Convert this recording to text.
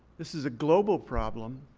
this is a global problem.